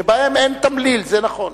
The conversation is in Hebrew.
שבהם אין תמליל, זה נכון.